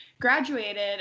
graduated